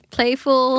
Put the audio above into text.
Playful